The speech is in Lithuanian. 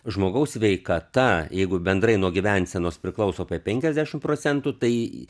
žmogaus sveikata jeigu bendrai nuo gyvensenos priklauso apie penkiasdešim procentų tai